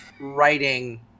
writing